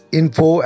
info